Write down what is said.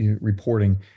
reporting